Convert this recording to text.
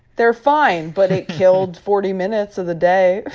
they're fine, but it killed forty minutes of the day.